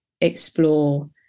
explore